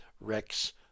Rex